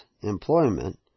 employment